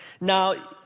Now